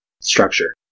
structure